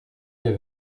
les